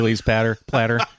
platter